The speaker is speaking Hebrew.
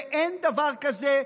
ואין דבר כזה,